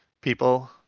people